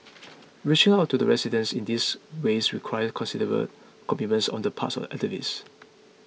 reaching out to the residents in these ways requires considerable commitment on the part of activists